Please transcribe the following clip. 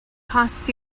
costs